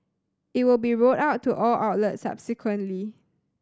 it will be rolled out to all outlets subsequently